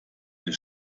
des